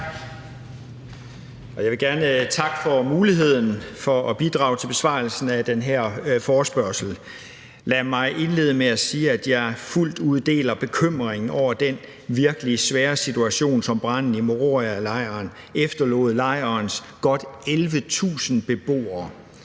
Jeg vil gerne takke for muligheden for at bidrage til besvarelsen af den her forespørgsel. Lad mig indlede med at sige, at jeg fuldt ud deler bekymringen over den virkelig svære situation, som branden i Morialejren efterlod lejrens godt 11.000 beboere